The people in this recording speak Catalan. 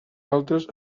altres